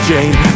Jane